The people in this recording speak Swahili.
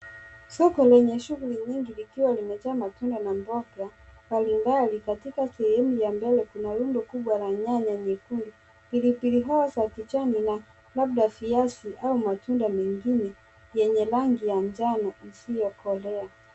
Soko lenye shughuli nyingi likiwa limejaa matunda na mboga mbalimbali. Katika sehemu ya mbele kuna rundo kubwa la nyanya nyekundu , pilipili hoho za kijani na labda viazi au matunda mengine yenye rangi ya njano isiyokolea.